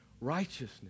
righteousness